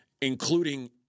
including